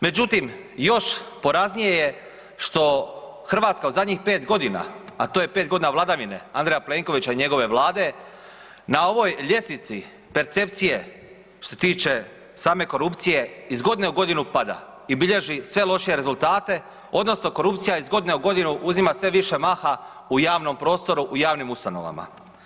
Međutim još poraznije je što Hrvatska u zadnjih 5 godina a to je 5 godina vladavine Andreja Plenkovića i njegove Vlade na ovoj ljestvici percepcije što se tiče same korupcije iz godine u godinu pada i bilježi sve lošije rezultate, odnosno korupcija iz godine u godinu uzima sve više maha u javnom prostoru, u javnim ustanovama.